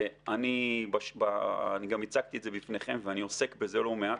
ואני גם הצגתי את זה בפניכם ואני עוסק בזה לא מעט,